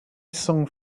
song